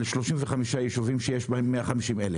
על 35 יישובים שיש בהם 150,000,